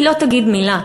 היא לא תגיד מילה,